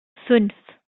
fünf